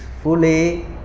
fully